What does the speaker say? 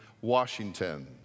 Washington